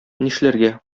нишләргә